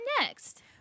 next